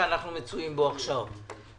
שאנו מצויים בו עכשיו ימשיך,